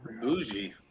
Bougie